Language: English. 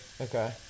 Okay